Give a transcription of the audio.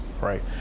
right